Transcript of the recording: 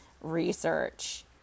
research